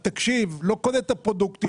תקשיב, לא קונה את הפרודוקטים.